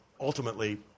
ultimately